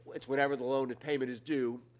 it's whenever the loan and payment is due.